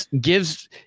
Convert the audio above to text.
gives